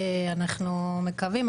אנחנו מקווים.